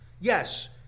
Yes